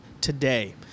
today